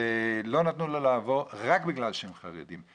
ולא נתנו להם לעבור רק בגלל שהם חרדים.